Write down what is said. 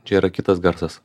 čia yra kitas garsas